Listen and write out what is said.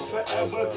Forever